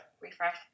Refresh